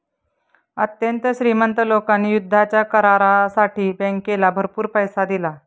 अत्यंत श्रीमंत लोकांनी युद्धाच्या करारासाठी बँकेला भरपूर पैसा दिला